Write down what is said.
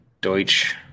Deutsch